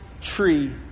tree